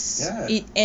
ya